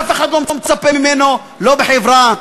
אף אחד לא מצפה ממנו לא בחברה,